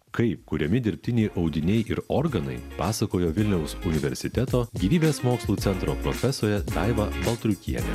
kaip kuriami dirbtiniai audiniai ir organai pasakojo vilniaus universiteto gyvybės mokslų centro profesorė daiva baltriukienė